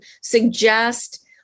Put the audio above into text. suggest